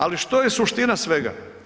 Ali što je suština svega?